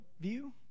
view